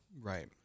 Right